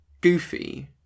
goofy